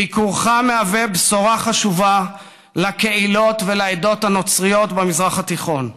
ביקורך מהווה בשורה חשובה לקהילות ולעדות הנוצריות במזרח התיכון.